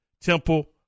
Temple